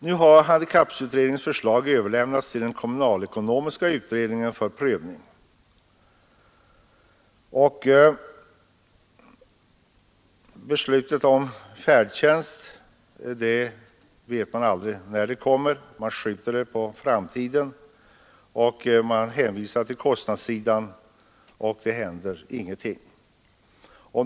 Nu har handikapputredningens förslag överlämnats till den kommunalekonomiska utredningen för prövning, och vi vet inte när beslutet om färdtjänst kommer. Det skjuts på framtiden, man hänvisar till. kostnadssidan och det händer ingenting.